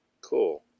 Cool